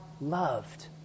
loved